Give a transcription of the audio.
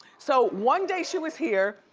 so one day, she was here.